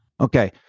okay